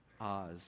Oz